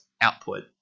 output